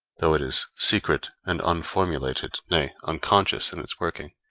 though it is secret and unformulated, nay, unconscious in its working,